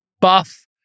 buff